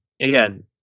again